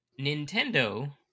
Nintendo